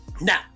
now